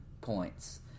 points